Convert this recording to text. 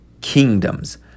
kingdoms